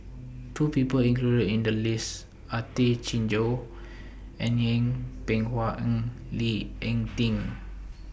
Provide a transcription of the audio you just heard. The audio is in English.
The People included in The list Are Tay Chin Joo Yeng Pway Ngon and Lee Ek Tieng